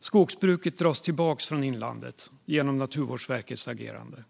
Skogsbruket dras tillbaka från inlandet genom Naturvårdsverkets agerande.